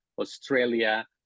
Australia